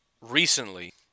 recently